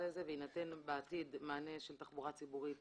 לזה ויינתן בעתיד מענה של תחבורה ציבורית